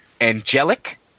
angelic